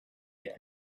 yet